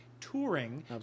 touring